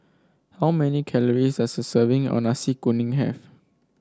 how many calories does a serving of Nasi Kuning have